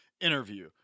interview